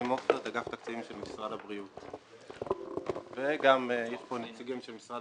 נמצאים כאן גם נציגי משרד